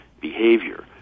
behavior